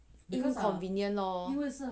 inconvenient lor